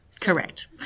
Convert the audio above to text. Correct